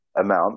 amount